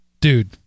dude